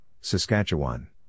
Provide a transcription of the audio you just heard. Saskatchewan